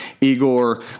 Igor